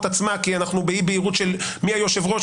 עצמה כי אנחנו באי בהירות של מי היושב ראש.